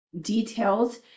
details